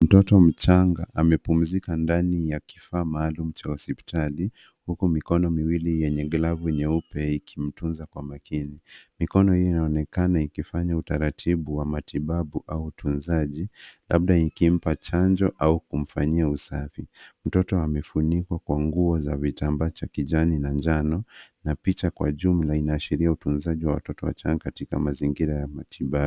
Mtoto mchanga amepumzika ndani ya kifaa maalum cha hospitali huku mikono miwili yenye glavu nyeupe ikimtunza kwa makini. Mikono hiyo inaonekana ikifanya utaratibu wa matibabu au utunzaji labda ikimpa chanjo au kumfanyia usafi. Mtoto amefunikwa kwa nguo za vitamba cha kijani na njano na picha kwa jumla inaashiria utunzaji wa watoto wachanga katika mazingira ya matibabu.